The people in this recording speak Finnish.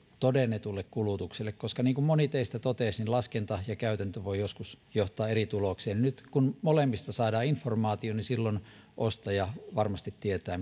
todennetulle kulutukselle koska niin kuin moni teistä totesi laskenta ja käytäntö voivat joskus johtaa eri tulokseen ja nyt kun molemmista saadaan informaatiota niin silloin ostaja varmasti tietää